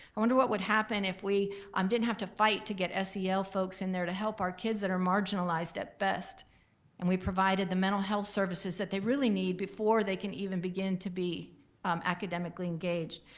i wonder what would happen if we um didn't have to fight to get yeah sel folks in there to help our kids that are marginalized at best and we provided the mental health services that they really need before they can even begin to be academically engaged?